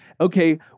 okay